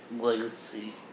Legacy